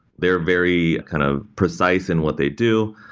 they're very kind of precise in what they do.